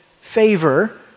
favor